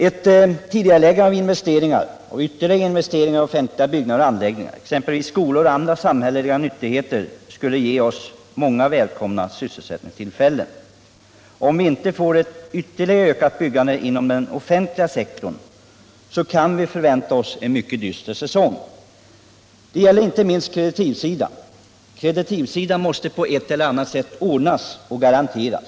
Ett tidigareläggande av investeringar samt ytterligare investeringar i offentliga byggnader och anläggningar, t.ex. i skolor och andra samhälleliga nyttigheter, skulle ge oss många välkomna sysselsättningstillfällen. Om vi inte får ett ytterligare ökat byggande inom den offentliga sektorn kan vi förvänta oss en mycket dyster säsong. Det gäller inte minst kreditivsidan. Kreditiv måste på ett eller annat sätt ordnas och garanteras.